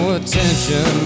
attention